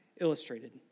illustrated